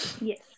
Yes